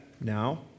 Now